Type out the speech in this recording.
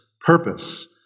purpose